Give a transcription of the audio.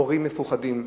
הורים מפוחדים,